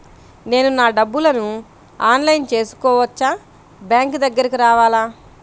నేను నా డబ్బులను ఆన్లైన్లో చేసుకోవచ్చా? బ్యాంక్ దగ్గరకు రావాలా?